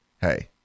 hey